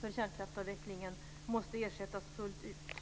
för kärnkraftsavvecklingen måste ersättas fullt ut.